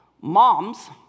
Moms